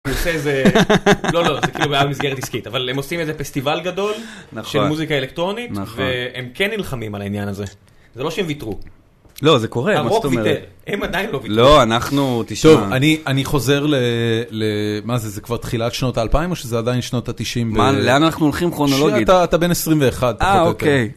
זה כאילו, היה במסגרת עסקית, אבל הם עושים איזה פסטיבל גדול. נכון. של מוזיקה אלקטרונית. נכון. והם כן נלחמים על העניין הזה, זה לא שהם ויתרו. לא, זה קורה, מה זאת אומרת? הרוב ויתר, הם עדיין לא ויתרו. לא, אנחנו, תשמע. טוב, אני חוזר למה זה, זה כבר תחילת שנות ה-2000 או שזה עדיין שנות ה-90? מה, לאן אנחנו הולכים כרונולוגית? אתה בן 21. אה, אוקיי.